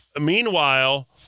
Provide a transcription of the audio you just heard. meanwhile